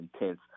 intense